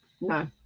No